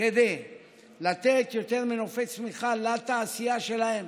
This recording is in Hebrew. כדי לתת יותר מנופי צמיחה לתעשייה שלהן,